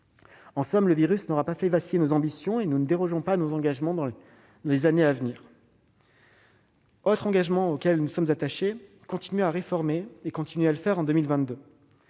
En somme, le virus n'aura pas fait vaciller nos ambitions, et nous ne dérogerons pas à nos engagements dans les années à venir. Autre engagement auquel nous sommes attachés : continuer à réformer, et cela en 2022.